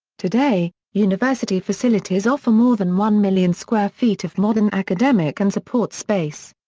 today, university facilities offer more than one million square feet of modern academic and support space.